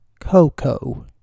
Coco